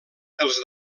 els